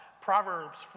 Proverbs